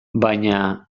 baina